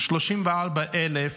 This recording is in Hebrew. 34,000